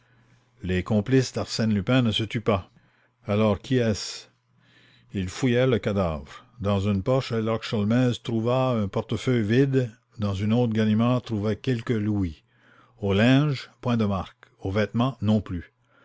les complices d'arsène lupin ne se tuent pas alors qui est-ce ils fouillèrent le cadavre dans une poche herlock sholmès trouva un portefeuille vide dans une autre ganimard trouva quelques louis au linge point de marque aux vêtements non plus